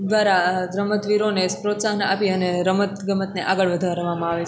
દ્વારા રમતવિરોને પ્રોત્સાહન આપી અને રમતગમતને આગળ વધારવામાં આવે છે